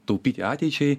taupyti ateičiai